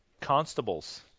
constables